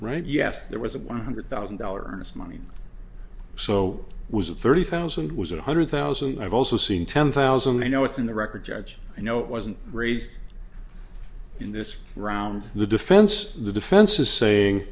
right yes there was a one hundred thousand dollars money so was at thirty thousand was one hundred thousand i've also seen ten thousand they know it's in the record judge i know it wasn't raised in this round the defense the defense is saying